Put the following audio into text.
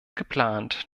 geplant